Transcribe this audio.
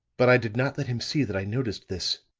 but i did not let him see that i noticed this.